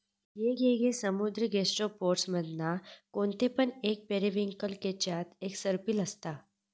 येगयेगळे समुद्री गैस्ट्रोपोड्स मधना कोणते पण एक पेरिविंकल केच्यात एक सर्पिल असता